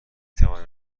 توانم